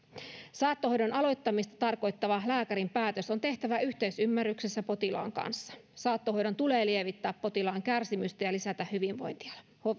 saattohoidon aloittamista tarkoittava lääkärin päätös on tehtävä yhteisymmärryksessä potilaan kanssa saattohoidon tulee lievittää potilaan kärsimystä ja lisätä hyvinvointia